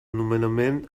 nomenament